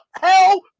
hell